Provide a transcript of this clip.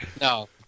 No